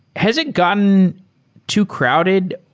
has it gotten too crowded?